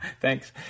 Thanks